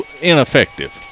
ineffective